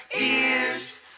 ears